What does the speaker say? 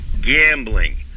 gambling